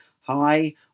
hi